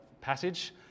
passage